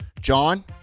John